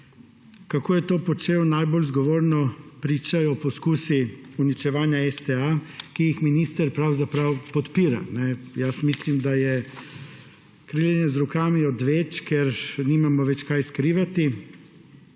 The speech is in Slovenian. Kako je to počel, najbolj zgovorno pričajo poskusi uničevanja STA, ki jih minister pravzaprav podpira. Mislim, da je kriljenje z rokami odveč, ker nimamo več česa skrivati.